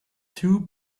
two